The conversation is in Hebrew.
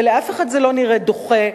ולאף אחד זה לא נראה דוחה,